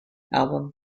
album